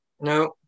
No